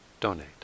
donate